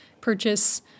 purchase